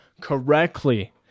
correctly